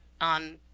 on